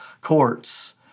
courts